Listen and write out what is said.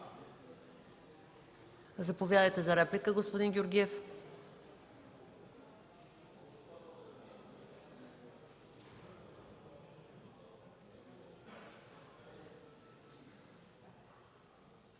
Заповядайте за реплика, господин Георгиев.